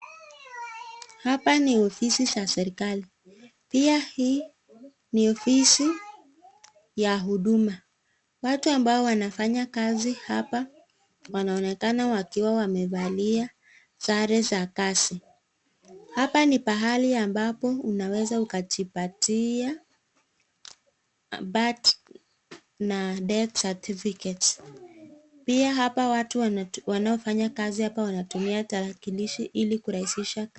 Hapa ni ofisi za serikali. Pia hii ni ofisi ya huduma. Watu ambao wanafanya kazi hapa wanaonekana wakiwa wamevalia sare za kazi. Hapa ni pahali ambapo unaweza ukajipatia birth na death certificates . Pia hapa watu wanaofanya kazi hapa wanatumia tarakilishi ili kurahisisha kazi.